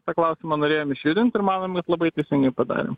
tą klausimą norėjom išjudint ir manom kad labai teisingai padarėm